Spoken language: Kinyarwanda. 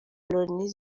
loni